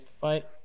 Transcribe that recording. fight